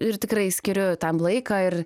ir tikrai skiriu tam laiką ir